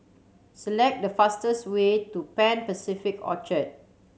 select the fastest way to Pan Pacific Orchard